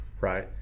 Right